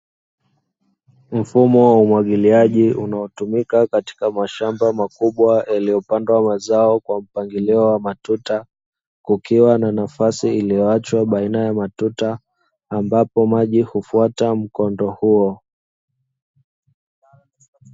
Mfumo wa umwagiliaji unaotumika katika mashamba makubwa yaliyopandwa mazao kwa mpangilio wa matuta, kukiwa na nafasi iliyoachwa baina ya matuta ambapo maji hufuata mkondo huo.